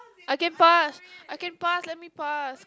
I can pass I can pass let me pass